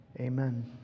amen